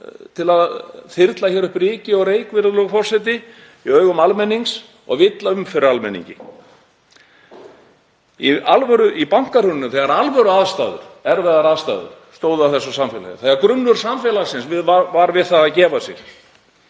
til að þyrla upp ryki og reyk, virðulegur forseti, í augu almennings og villa um fyrir almenningi. Í bankahruninu þegar alvöru erfiðar aðstæður komu í þessu samfélagi, þegar grunnur samfélagsins var við það að gefa sig,